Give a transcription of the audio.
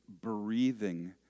breathing